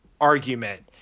argument